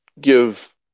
give